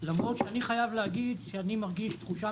למרות שאני חייב להגיד שאני מרגיש תחושה